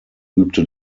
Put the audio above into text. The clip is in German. übte